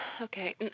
Okay